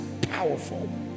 powerful